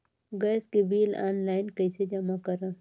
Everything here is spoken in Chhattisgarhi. गैस के बिल ऑनलाइन कइसे जमा करव?